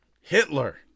Hitler